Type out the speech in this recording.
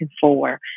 forward